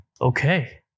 Okay